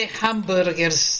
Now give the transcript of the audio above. hamburgers